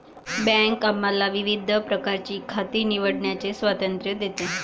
bank आम्हाला विविध प्रकारची खाती निवडण्याचे स्वातंत्र्य देते